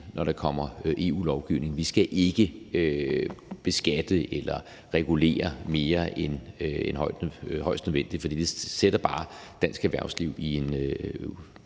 når der kommer EU-lovgivning. Vi skal ikke beskatte eller regulere mere end højst nødvendigt, for det sætter bare dansk erhvervsliv i en